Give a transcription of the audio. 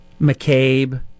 McCabe